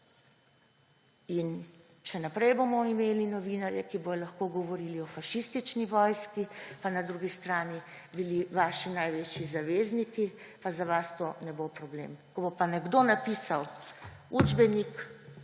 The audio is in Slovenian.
in še naprej bomo imeli novinarje, ki bodo lahko govorili o fašistični vojski, na drugi strani bodo pa vaši največji zavezniki, pa za vas to ne bo problem. Ko bo pa nekdo napisal učbenik,